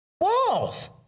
Walls